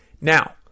Now